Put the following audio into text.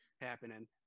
happening